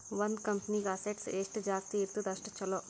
ಒಂದ್ ಕಂಪನಿಗ್ ಅಸೆಟ್ಸ್ ಎಷ್ಟ ಜಾಸ್ತಿ ಇರ್ತುದ್ ಅಷ್ಟ ಛಲೋ